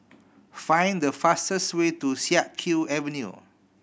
find the fastest way to Siak Kew Avenue